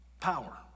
power